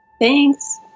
Thanks